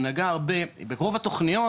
הוא נגע הרבה ברוב התוכניות,